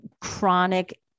chronic